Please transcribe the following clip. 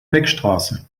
beckstraße